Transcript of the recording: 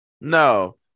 No